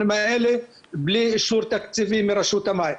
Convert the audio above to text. האלה בלי אישור תקציבי מרשות המים.